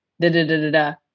da-da-da-da-da